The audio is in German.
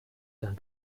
dann